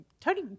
Tony